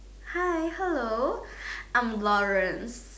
hi hello I'm Lawrence